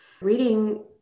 Reading